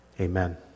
Amen